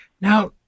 Now